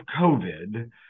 COVID